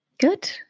Good